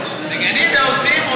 מגנים ועושים.